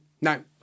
no